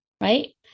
right